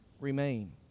remain